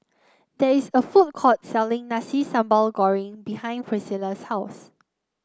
there is a food courts selling Nasi Sambal Goreng behind Pricilla's house